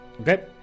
okay